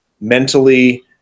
mentally